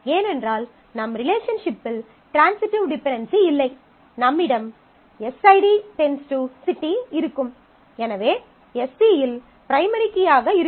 ஏனென்றால் நம் ரிலேஷன்ஷிப்பில் ட்ரான்சிட்டிவ் டிபென்டென்சி இல்லை நம்மிடம் எஸ்ஐடி → சிட்டி இருக்கும் எனவே SC இல் பிரைமரி கீயாக இருக்கும்